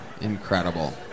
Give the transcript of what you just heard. Incredible